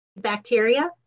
bacteria